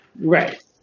Right